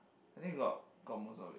I think we got got most of it